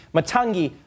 Matangi